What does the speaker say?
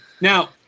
Now